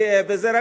גאה בזה.